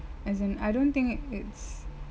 as in I don't think it's